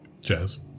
Jazz